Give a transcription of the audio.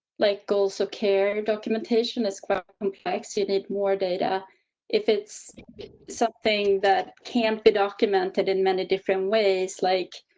like, goals, so care documentation is complex. you need more data if it's something that can't be documented in many different ways like.